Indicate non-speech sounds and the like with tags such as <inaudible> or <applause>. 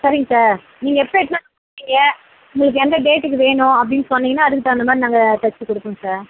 சரிங்க சார் நீங்கள் எப்போ எக்ஸாம் <unintelligible> உங்களுக்கு எந்த டேட்டுக்கு வேணும் அப்படின் சொன்னீங்கனால் அதுக்குத் தகுந்த மாதிரி நாங்கள் தைச்சிக் கொடுப்போம் சார்